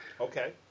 okay